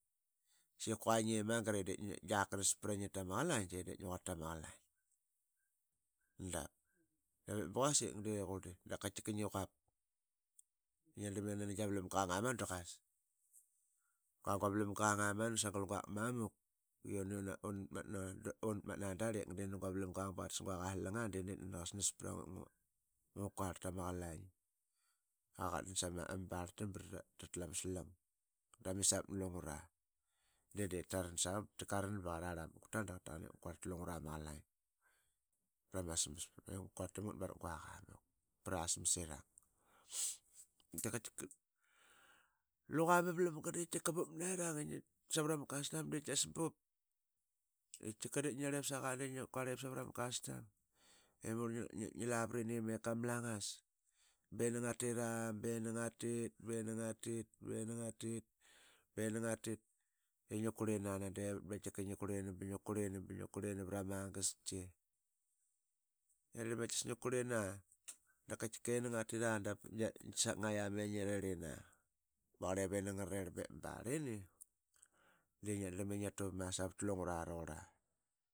Sika qua ngi i mangari qiak kanas pra ngi rama qalang de diip ngi quarl tamna qalaing dap. davip ba quasik de qurli dap tika ngi quap ngia quap ngia drlam i nani gia valamga qang amanu da qas. Kua gua valamga gang amanu sagel quakmamuk i uni una. una matna da unatmat na aa darlik de nani gua valamga qang ba qatas guaqa slang aa de diip nani qasnas pra ngua ngu kuarl tamna qalaing. Qua qatdan sama barlta ba na tla ma slng. ta misavat na lungura de diip taransa, tika qa ran ba qa marl aa mat gu tarl da qaraqa ip ngu kuar tama qalaing pra ma smas i ip ngua kuarltam ngat barak guaq aa muk pra aa smas irang. Da kaitka luqa ma valamga de bup nerang i ngia savarama custom di kias bup i tika ngia narlip saqade diip ngi kuarl ip savarama custom i tika ngi larini i ama langas be ni nga tira. be ni nga tit. be ni nga tit. be ni nga tit. be ni nga titi ngi kurlina nadevat ba tika ngi kurlini. ba ngai kurlini. ba ngia kurlinvra magasak. Ngia drlam i kias ngi kurlina. tika ini ngatria dap pat gia sak ngaqam i ngi rirl ina ba qarl iv ini nga rarirl bip ba ma barl ini de ngia darlam i ngia tuvap aa savat lungura raqurla dap. I nani ngi taknat na lungura qua ngi takmat na lungara ma smas. kua gia giqa smas. dap kua gia giqa ara smas i ngia drlam i ngu kurl i lene nanu savat lungura.